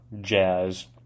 Jazz